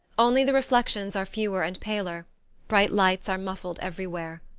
only the reflections are fewer and paler bright lights are muffled everywhere.